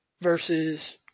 versus